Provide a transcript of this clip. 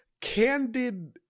candid